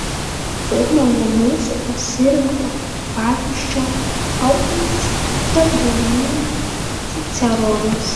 pirmojo mūsų pasirinkto pavyzdžio autorius tebūnie ciceronas